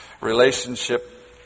relationship